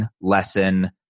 lesson